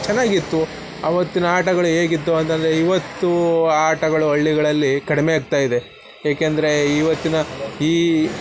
ಚೆನ್ನಾಗಿತ್ತು ಆವತ್ತಿನ ಆಟಗಳು ಹೇಗಿತ್ತು ಅಂತ ಅಂದ್ರೆ ಈವತ್ತೂ ಆ ಆಟಗಳು ಹಳ್ಳಿಗಳಲ್ಲಿ ಕಡಿಮೆ ಆಗ್ತಾಯಿದೆ ಏಕೆಂದರೆ ಈವತ್ತಿನ ಈ